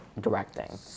directing